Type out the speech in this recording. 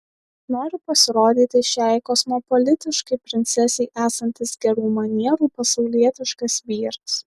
noriu pasirodyti šiai kosmopolitiškai princesei esantis gerų manierų pasaulietiškas vyras